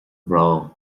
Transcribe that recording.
bhreá